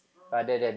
oh